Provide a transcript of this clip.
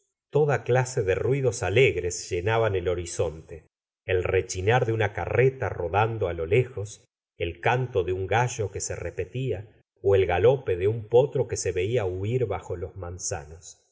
toda clase de ruidos alegres llenaban el horizonte el rechinar de una carreta rodando á lo lejos el canto de un gallo que se repetía ó el galope de un potro que se veia huir bajo los manzanos